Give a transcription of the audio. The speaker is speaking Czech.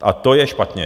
A to je špatně.